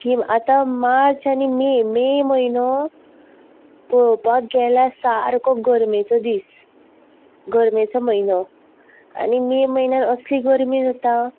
की आतां मार्च आनी मे मे म्हयनो पळोवपाक गेल्यार सारको गरमेचो दीस गरमेचो म्हयनो आनी मे म्हयन्यान असली गरमी जाता